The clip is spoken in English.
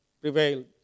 prevailed